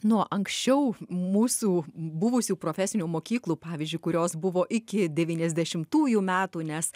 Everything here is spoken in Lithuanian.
nuo anksčiau mūsų buvusių profesinių mokyklų pavyzdžiui kurios buvo iki devyniasdešimtųjų metų nes